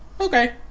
Okay